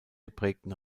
geprägten